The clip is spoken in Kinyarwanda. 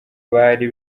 bari